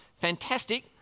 fantastic